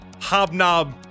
hobnob